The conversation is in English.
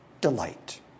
delight